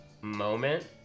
moment